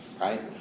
Right